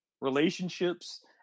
relationships